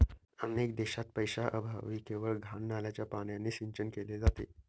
अनेक देशांत पैशाअभावी केवळ घाण नाल्याच्या पाण्याने सिंचन केले जाते